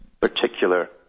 particular